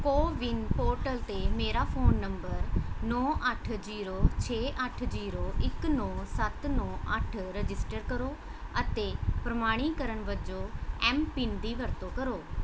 CoWIN portal 'ਤੇ ਮੇਰਾ phone number ਨੌ ਅੱਠ ਜੀਰੋ ਛੇ ਅੱਠ ਜੀਰੋ ਇੱਕ ਨੌ ਸੱਤ ਨੌ ਅੱਠ ਰਜਿਸਟਰ ਕਰੋ ਅਤੇ ਪ੍ਰਮਾਣੀਕਰਨ ਵਜੋਂ ਐੱਮ ਪਿੰਨ ਦੀ ਵਰਤੋਂ ਕਰੋ